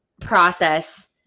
process